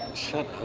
shut